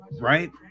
right